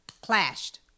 clashed